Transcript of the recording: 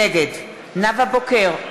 נגד נאוה בוקר,